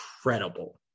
incredible